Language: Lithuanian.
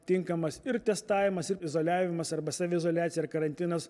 tinkamas ir testavimas ir izoliavimas arba saviizoliacija ar karantinas